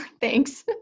Thanks